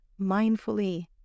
mindfully